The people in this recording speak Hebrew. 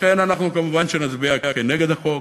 לכן אנחנו כמובן נצביע נגד החוק.